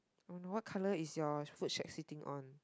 oh no what colour is your food shed sitting on